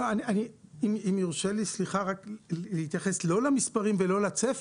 אני לא אתייחס למספרים וגם לא לצפי,